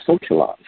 socialize